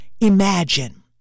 imagine